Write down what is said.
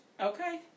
Okay